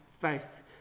faith